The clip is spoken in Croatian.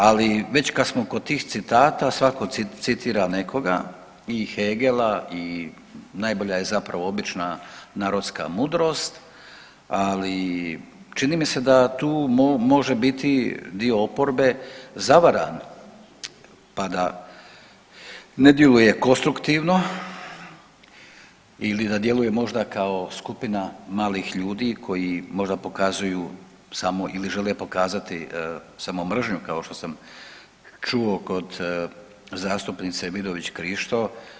Ali već kad smo kod tih citata svatko citira nekoga i Hegela i najbolja je zapravo obična narodska mudrost, ali čini mi se da tu može biti dio oporbe zavaran, pa da ne djeluje konstruktivno ili da djeluje možda kao skupina malih ljudi koji možda pokazuju samo ili žele pokazati samo mržnju kao što sam čuo kod zastupnice Vidović Krišto.